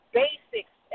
basics